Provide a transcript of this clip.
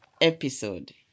episode